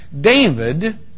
David